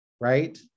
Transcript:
right